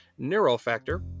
Neurofactor